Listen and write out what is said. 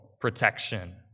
protection